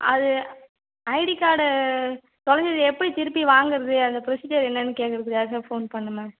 அது ID card தொலைஞ்சது எப்படி திரும்பி வாங்குவது அந்த புரொசிஜர் என்னென்னு கேட்குறதுக்கு ஃபோன் பண்ணிணேன் மேம்